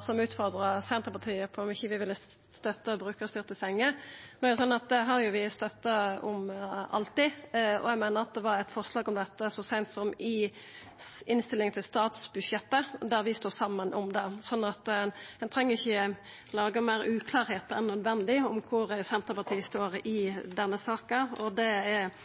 som utfordra Senterpartiet på om vi ikkje ville støtta brukarstyrte senger. No er det sånn at det har vi jo alltid støtta. Eg meiner at det var eit forslag om dette så seint som i innstillinga til statsbudsjettet, der vi stod saman om det, så ein treng ikkje laga meir uklarleik enn nødvendig om kor Senterpartiet står i denne saka. Det er